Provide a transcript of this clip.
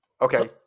Okay